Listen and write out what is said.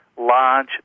large